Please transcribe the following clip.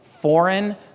foreign